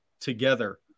together